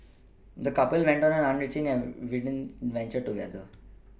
the couple went on an enriching and adventure together